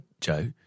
Joe